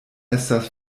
estas